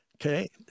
Okay